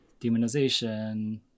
demonization